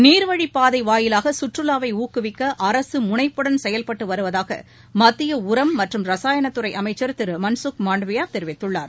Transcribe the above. நீர்வழிப்பாதை வாயிலாக கற்றுவாவை ஊக்குவிக்க அரசு முனைப்புடன் செயல்பட்டு வருவதாக மத்திய உரம் மற்றும் ரசாயனத்துறை அமைச்சர் திரு மன்சுக் மாண்டவியா தெரிவித்துள்ளார்